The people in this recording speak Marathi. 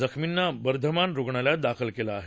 जखमींना बर्धमान रुग्णालयात दाखल केलं आहे